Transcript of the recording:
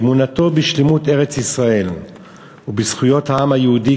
אמונתו בשלמות ארץ-ישראל ובזכויות העם היהודי,